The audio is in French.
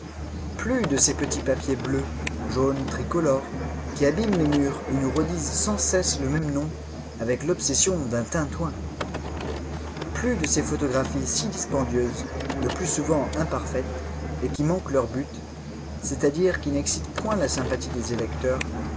plus de ces petits papiers bleus jaunes tricolores qui abîment les murs et nous redisent sans cesse le même nom avec l'obsession d'un tintouin plus de ces photographies si dispendieuses le plus souvent imparfaites et qui manquent leur but c'est-à-dire qui n'excitent point la sympathie des électeurs